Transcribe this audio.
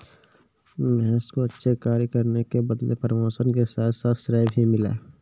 महेश को अच्छे कार्य करने के बदले प्रमोशन के साथ साथ श्रेय भी मिला